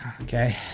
okay